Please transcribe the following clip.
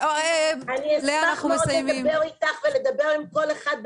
אני אשמח מאוד לדבר איתך ולדבר עם כל אחד,